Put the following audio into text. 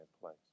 place